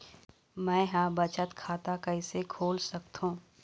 मै ह बचत खाता कइसे खोल सकथों?